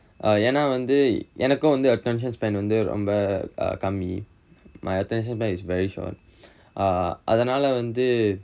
ah ஏன்னா வந்து எனக்கும் வந்து:yaennaa vanthu enakkum vanthu attention span வந்து ரொம்ப கம்மி:vanthu romba kammi my attention span is very short அதுனால வந்து:athunaala vanthu